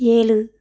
ஏழு